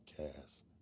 podcast